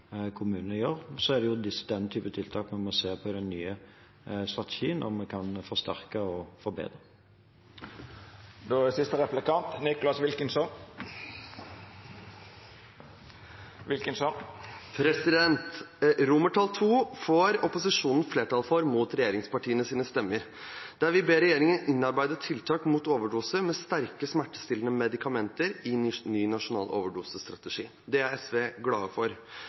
kommunene gjør. Det er den type tiltak vi må se på om vi kan forsterke og forbedre i den nye strategien. Opposisjonen får, mot regjeringspartienes stemmer, flertall for II, der vi ber «regjeringen innarbeide tiltak mot overdoser med sterke smertestillende medikamenter i ny nasjonal overdosestrategi». Det er SV glad for.